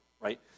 right